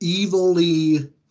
evilly